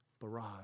barrage